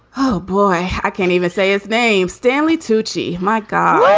oh, boy. i can't even say his name. stanley tucci my god,